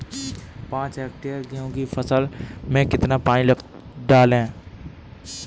पाँच हेक्टेयर गेहूँ की फसल में कितना पानी डालें?